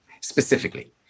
Specifically